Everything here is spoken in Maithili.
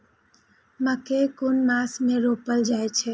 मकेय कुन मास में रोपल जाय छै?